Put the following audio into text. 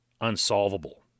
unsolvable